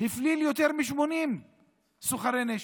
הפליל יותר מ-80 סוחרי נשק.